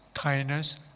kindness